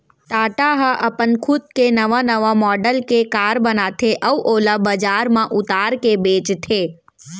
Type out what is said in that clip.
टाटा ह अपन खुद के नवा नवा मॉडल के कार बनाथे अउ ओला बजार म उतार के बेचथे